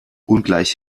ungleich